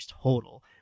total